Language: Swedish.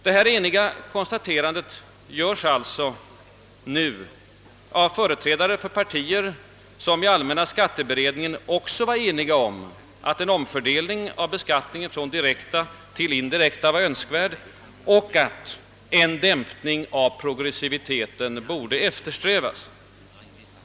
Detta eniga konstaterande görs alltså nu av företrädare för partier, som i allmänna Sskatteberedningen också var eniga om att en omfördelning av beskattningen från direkta till indirekta skatter var önskvärd och att en dämpning av progressiviteten borde eftersträvas.